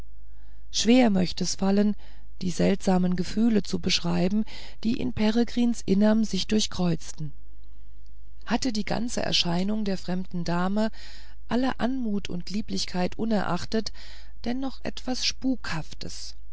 schwer möcht es fallen die seltsamen gefühle zu beschreiben die in peregrins innerm sich durchkreuzten hatte die ganze erscheinung der fremden dame aller anmut und lieblichkeit unerachtet dennoch etwas